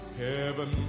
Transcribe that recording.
heaven